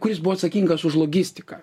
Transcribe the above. kuris buvo atsakingas už logistiką